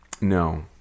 no